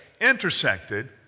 intersected